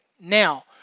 now